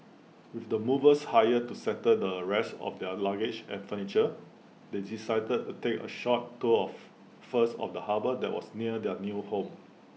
with the movers hired to settle the rest of their luggage and furniture they decided to take A short tour of first of the harbour that was near their new home